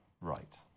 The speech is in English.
right